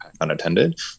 unattended